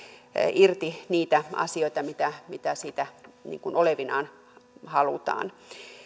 irti niitä asioita mitä mitä siitä olevinaan halutaan